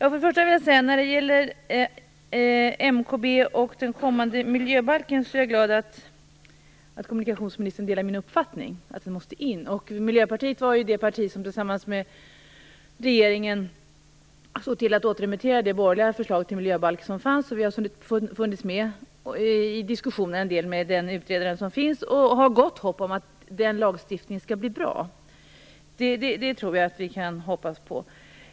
Herr talman! När det gäller MKB och den kommande miljöbalken är jag glad att kommunikationsministern delar min uppfattning att den måste läggas in. Miljöpartiet var det parti som tillsammans med regeringen såg till att återremittera det borgerliga förslag till miljöbalk som fanns. Vi har funnits med i diskussionen med utredaren, och vi har gott hopp om att denna lagstiftning skall bli bra. Det tror vi att vi kan hoppas på.